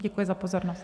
Děkuji za pozornost.